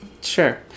Sure